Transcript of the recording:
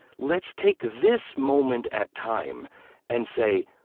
let's take this moment at time and say,